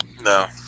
No